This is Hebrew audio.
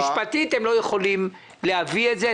משפטית הם לא יכולים להביא את זה,